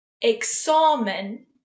examen